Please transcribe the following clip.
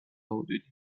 حدودی